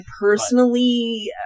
personally